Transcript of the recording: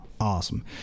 Awesome